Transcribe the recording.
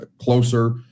closer